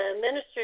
minister